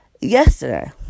yesterday